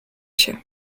się